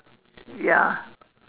ya